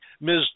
Ms